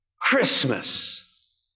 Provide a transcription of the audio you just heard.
Christmas